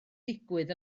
digwydd